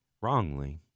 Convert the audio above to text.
wrongly